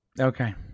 Okay